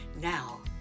Now